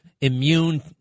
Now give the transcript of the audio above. immune